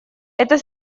это